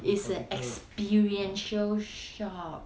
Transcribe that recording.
it's a experiential shop